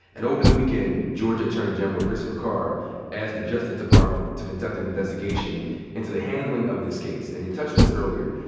and over the weekend, georgia attorney general christopher carr asked the justice department to conduct an investigation into the handling of this case. and you touched on this earlier.